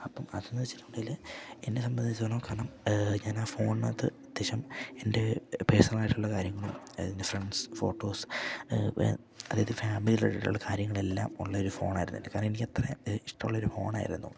അപ്പം അതന്ന് വെച്ചിട്ടുണ്ടെല് എന്നെ സംബന്ധിച്ചോണം കാരണം ഞാനാ ഫോണിനകത്ത് അത്യാവശ്യം എൻ്റെ പേഴ്സണലായിട്ടുള്ള കാര്യങ്ങളും അതൻ്റെ ഫ്രണ്ട്സ് ഫോട്ടോസ് അതായത് ഫാമിലിയിലൂട്ടുള്ള കാര്യങ്ങളെല്ലാം ഉള്ളരു ഫോണായിരുന്നു എൻ്റെ കാരണം എനിക്കത്ര ഇഷ്ടമുള്ളൊരു ഫോണായിരുന്നു കാരണം